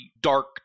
dark